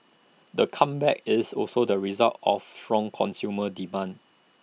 the comeback is also the result of strong consumer demand